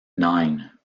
nine